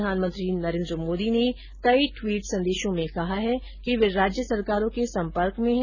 प्रधानमंत्री नरेंद्र मोदी ने कई ट्वीट संदेशों में कहा है कि वे राज्य सरकारो के ॅसम्पर्क में हैं